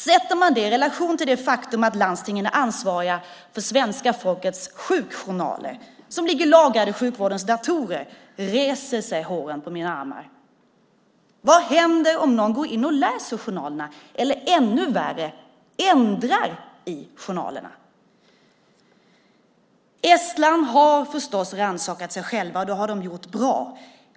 Sätter jag det i relation till det faktum att landstingen är ansvariga för svenska folkets sjukjournaler, som ligger lagrade i sjukvårdens datorer, reser sig håren på mina armar. Vad händer om någon går in och läser journalerna, eller ännu värre, ändrar i journalerna? Estland har förstås rannsakat sig självt, och det har man gjort bra.